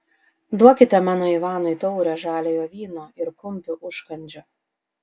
duokite mano ivanui taurę žaliojo vyno ir kumpį užkandžio